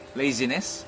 laziness